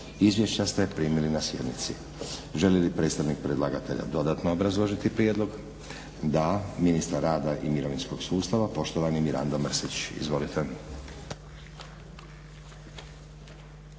Izvješća ste primili na sjednici. Želi li predstavnik predlagatelja dodatno obrazložiti prijedlog? Da. Ministar rada i mirovinskog sustava poštovani Mirando Mrsić. Izvolite.